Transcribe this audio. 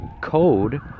code